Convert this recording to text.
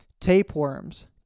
tapeworms